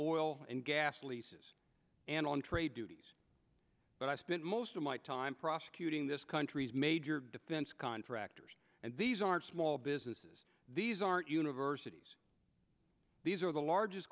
and gas leases and on trade duties but i spent most of my time prosecuting this country's major defense contractors and these aren't small businesses these aren't universities these are the largest